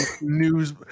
News